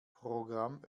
programm